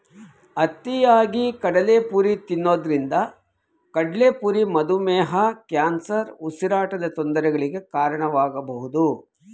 ಅತಿಯಾಗಿ ಕಡಲೆಪುರಿ ತಿನ್ನೋದ್ರಿಂದ ಕಡ್ಲೆಪುರಿ ಮಧುಮೇಹ, ಕ್ಯಾನ್ಸರ್, ಉಸಿರಾಟದ ತೊಂದರೆಗಳಿಗೆ ಕಾರಣವಾಗಬೋದು